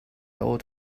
old